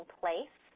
place